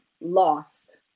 lost